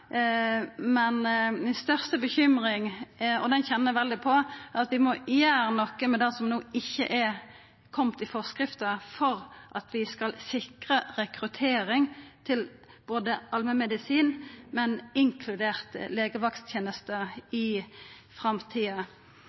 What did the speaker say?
Men mi største bekymring – og det kjenner eg veldig på – er at vi må gjera noko med det som ikkje er kome i forskrifta for å sikra rekruttering til allmennmedisin, inkludert legevaktteneste, i framtida.